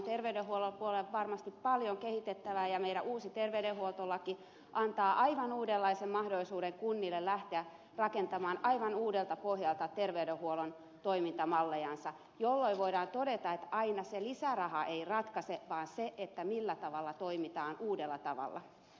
terveydenhuollon puolella on varmasti paljon kehitettävää ja meidän uusi terveydenhuoltolaki antaa aivan uudenlaisen mahdollisuuden kunnille lähteä rakentamaan aivan uudelta pohjalta terveydenhuollon toimintamalleja jolloin voidaan todeta että aina se lisäraha ei ratkaise vaan se millä tavalla toimitaan uudella tavalla